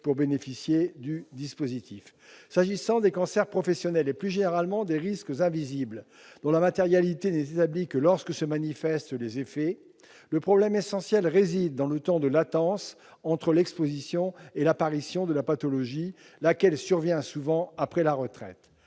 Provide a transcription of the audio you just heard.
pouvoir bénéficier du dispositif ...« S'agissant des cancers professionnels, et plus généralement des " risques invisibles ", dont la matérialité n'est établie que lorsque s'en manifestent les effets, le problème essentiel réside dans le temps de latence entre l'exposition et l'apparition de la pathologie, laquelle survient souvent après la retraite